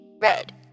Red